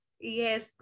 Yes